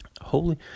Holy